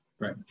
right